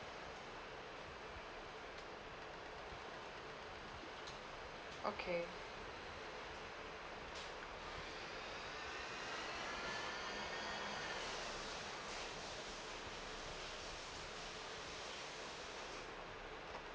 okay